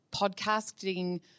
podcasting